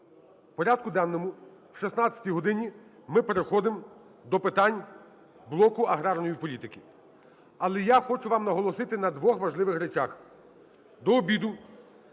в порядку денному, о 16 годині ми переходимо до питань блоку аграрної політики. Але я хочу вам наголосити на двох важливих речах. До обіду